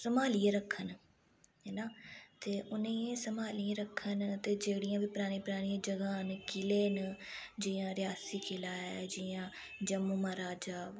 सम्हालियै रक्खन हैना ते उनेंगी सम्हालियै रक्खन ते जेह्ड़ियां बी परानी परानियां जगह न कि'ले न जियां रियासी किला ऐ जियां जम्मू महाराजा